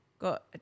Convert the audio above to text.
got